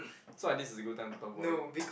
so I this is a good time to talk about it